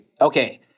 okay